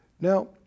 Now